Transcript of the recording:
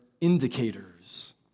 indicators